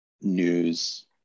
news